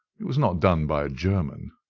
it was not done by a german.